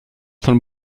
von